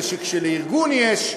זה כשלארגון יש,